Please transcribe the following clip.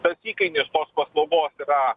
tas įkainis tos paslaugos yra